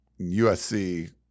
USC